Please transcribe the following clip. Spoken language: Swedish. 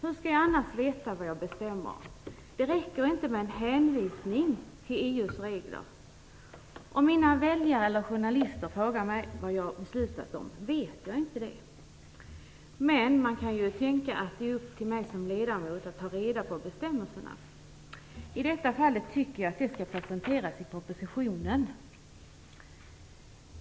Hur skall jag annars veta vad jag bestämmer. Det räcker inte med en hänvisning till EU:s regler. Om mina väljare eller journalister frågar mig vad jag beslutat om vet jag inte det. Man kan ju tänka att det är upp till mig som ledamot att ta reda på bestämmelserna. I detta fall tycker jag att det skall presenteras i propositionen.